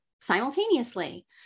simultaneously